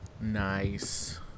Nice